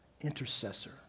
intercessor